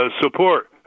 support